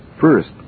First